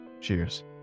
Cheers